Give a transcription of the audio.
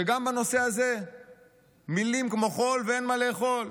שגם בנושא הזה מילים כמו חול ואין מה לאכול.